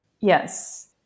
Yes